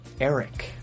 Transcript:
Eric